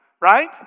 Right